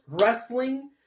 wrestling